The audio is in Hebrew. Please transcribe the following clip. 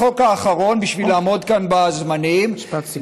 החוק האחרון, בשביל לעמוד כאן בזמנים, משפט סיכום.